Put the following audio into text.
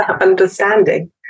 understanding